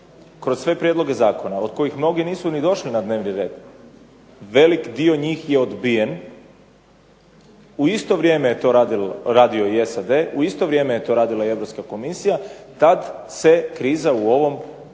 kroz sve prijedloge zakona od kojih mnogi nisu ni došli na dnevni red, velik dio njih je odbijen. U isto vrijeme je to radio i SAD, u isto vrijeme je to radila i Europska komisija, tada se kriza u ovom Domu